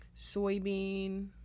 soybean